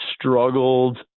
struggled